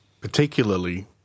particularly